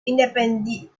independiente